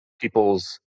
people's